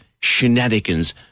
shenanigans